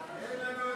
הצעת סיעת